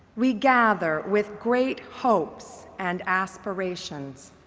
we gather with great hopes and aspirations.